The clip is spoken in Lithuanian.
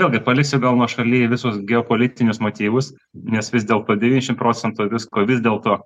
vėlgi paliksiu gal nuošaly visus geopolitinius motyvus nes vis dėlto devyniasdešim procentų visko vis dėlto